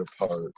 apart